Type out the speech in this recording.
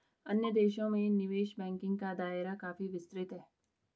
अन्य देशों में निवेश बैंकिंग का दायरा काफी विस्तृत है